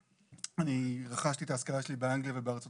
אני רכשתי את ההשכלה שלי באנגליה ובארצות